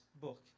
book